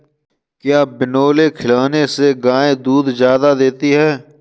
क्या बिनोले खिलाने से गाय दूध ज्यादा देती है?